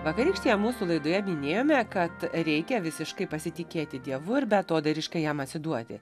vakarykštėje mūsų laidoje minėjome kad reikia visiškai pasitikėti dievu beatodairiškai jam atsiduoti